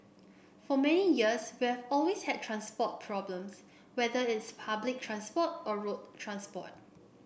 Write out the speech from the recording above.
for many years we've always had transport problems whether it's public transport or road transport